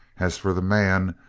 as for the man,